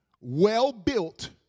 well-built